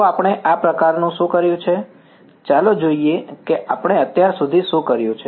તો આપણે આ પ્રકારનું શું કર્યું છે ચાલો જોઈએ કે આપણે અત્યાર સુધી શું કર્યું છે